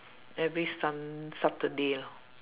every sun~ saturday lor